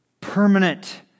permanent